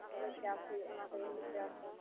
ᱚᱱᱟ ᱛᱮᱜᱮ ᱪᱟᱥ ᱦᱩᱭᱩᱜᱼᱟ ᱚᱱᱟ ᱛᱮᱜᱮᱞᱮ ᱪᱟᱥᱟ